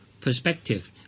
perspective